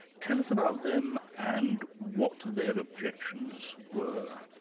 tell us about them and what their objections were.